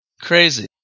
crazy